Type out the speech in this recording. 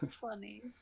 funny